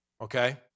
Okay